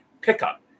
pickup